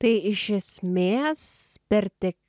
tai iš esmės per tek